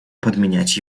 подменять